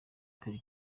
peru